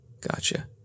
gotcha